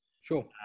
Sure